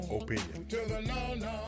opinion